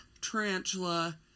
tarantula